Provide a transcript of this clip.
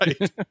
Right